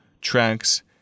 Tracks